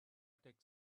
tech